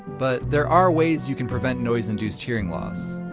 but there are ways you can prevent noise induced hearing loss.